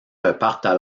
repartent